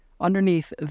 underneath